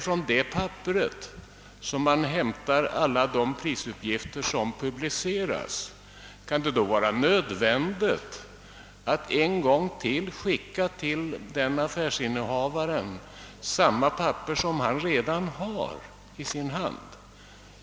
Från det papperet hämtas sedan alla prisuppgifter som publiceras. Kan det då vara nödvändigt att ännu en gång till affärsinnehavaren skicka ett papper med samma uppgift som han redan har fått?